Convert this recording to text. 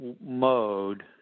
mode